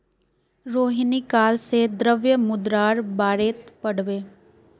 रोहिणी काल से द्रव्य मुद्रार बारेत पढ़बे